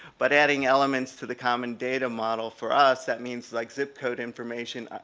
but adding elements to the common data model for us that means like zip code information